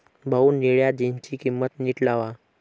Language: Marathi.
भाऊ, निळ्या जीन्सची किंमत नीट लावा